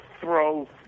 throw